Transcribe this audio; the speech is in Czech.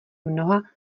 mnoha